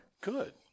Good